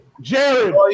Jared